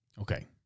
okay